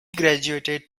graduated